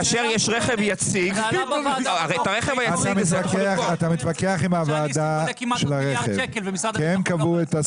כאשר יש רכב יציג --- אתה מתווכח עם ועדת הרכב שהיא קבעה את הסכומים.